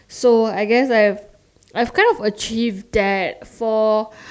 so I guess I have I've kind of achieved that for